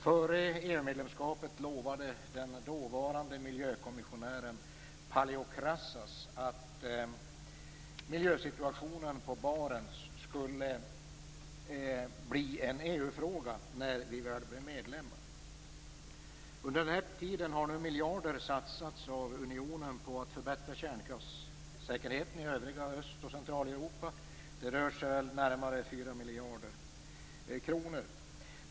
Före Sveriges EU-medlemskap lovade den dåvarande miljökommissionären Paleokrassas att miljösituationen på Barents skulle bli en EU-fråga när Sverige väl blev medlem. Under den här tiden har miljarder satsats av unionen på att förbättra kärnkraftssäkerheten i övriga Öst och Centraleuropa - det rör sig väl om närmare 4 miljarder kronor.